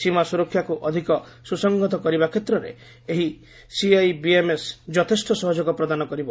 ସୀମା ସୁରକ୍ଷାକୁ ଅଧିକ ସୁସଂହତ କରିବା କ୍ଷେତ୍ରରେ ଏହି ସିଆଇବିଏମ୍ଏସ୍ ଯଥେଷ୍ଟ ସହଯୋଗ ପ୍ରଦାନ କରିବ